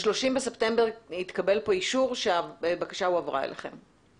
ב-30 בספטמבר התקבל פה אישור שהבקשה הועברה אליכם.